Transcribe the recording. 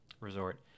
resort